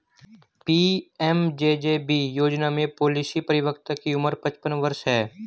PMJJB योजना में policy परिपक्वता की उम्र पचपन वर्ष है